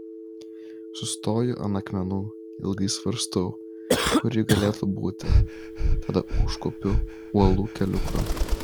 sustoju ant akmenų ilgai svarstau kur ji galėtų būti tada užkopiu uolų keliuku